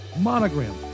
Monogram